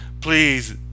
please